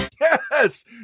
yes